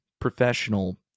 professional